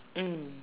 mm